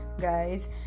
guys